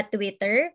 Twitter